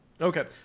Okay